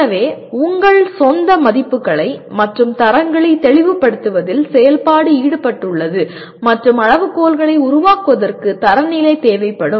எனவே உங்கள் சொந்த மதிப்புகளை மற்றும் தரங்களை தெளிவுபடுத்துவதில் செயல்பாடு ஈடுபட்டுள்ளது மற்றும் அளவுகோல்களை உருவாக்குவதற்கு தரநிலைகள் தேவைப்படும்